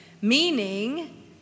meaning